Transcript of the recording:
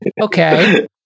Okay